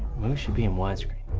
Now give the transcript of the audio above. movies should be in wide screen.